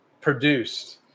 produced